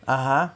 (uh huh)